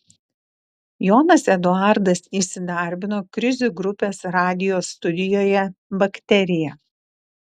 jonas eduardas įsidarbino krizių grupės radijo studijoje bakterija